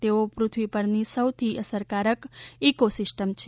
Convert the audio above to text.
તેઓ પૃથ્વી પરની સૌથી અસરકારક ઇકોસિસ્ટમ છે